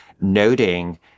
noting